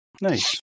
nice